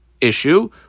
issue